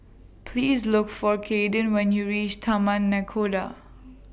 Please Look For Caiden when YOU REACH Taman Nakhoda